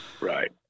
Right